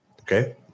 Okay